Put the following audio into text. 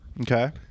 okay